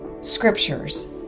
scriptures